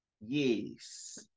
Yes